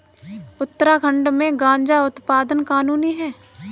उत्तराखंड में गांजा उत्पादन कानूनी है